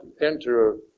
enter